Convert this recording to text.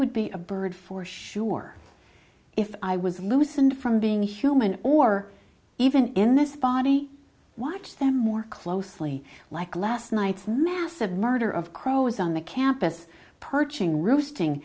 would be a bird for sure if i was loosened from being human or even in this body watch them more closely like last night's massive murder of crows on the campus perching roosting